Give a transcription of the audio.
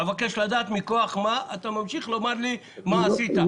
אבקש לדעת מכוח מה אתה ממשיך לומר לי מה עשית.